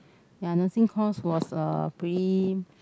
ya nursing course was a pretty